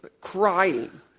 crying